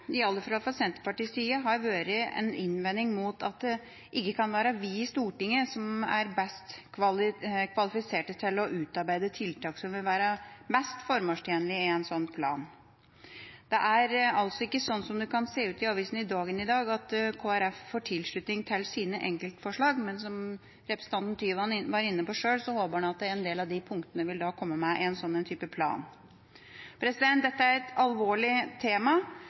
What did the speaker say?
i alle fall fra Senterpartiets side, har vært den innvendinga at det ikke kan være vi i Stortinget som er best kvalifisert til å utarbeide tiltak som vil være mest formålstjenlige i en slik plan. Det er altså ikke slik det kan se ut i avisen Dagen i dag, at Kristelig Folkeparti får tilslutning til sine enkeltforslag, men som representanten Tyvand sjøl var inne på, håper han at en del av de punktene vil komme med i en slik plan. Dette er et alvorlig tema.